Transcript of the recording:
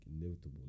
inevitable